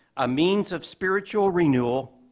a means of spiritual renewal,